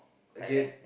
again